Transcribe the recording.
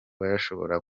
bashobora